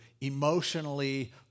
emotionally